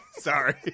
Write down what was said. Sorry